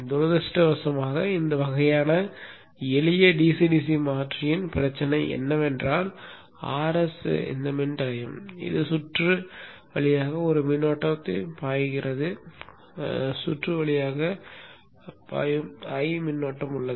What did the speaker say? துரதிருஷ்டவசமாக இந்த வகையான எளிய DC DC மாற்றியின் பிரச்சனை என்னவென்றால் Rs என்பது ஒரு மின்தடையம் இந்த சுற்று வழியாக ஒரு மின்னோட்டம் பாய்கிறது சுற்று வழியாக I பாயும் மின்னோட்டம் உள்ளது